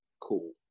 Cool